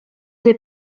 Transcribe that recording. des